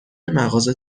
مغازه